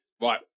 Right